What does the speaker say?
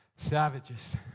Savages